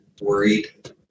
worried